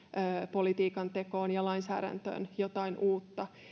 politiikantekoon ja lainsäädäntöön jotain uutta